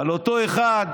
על אותו אחד,